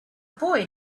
boy